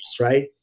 right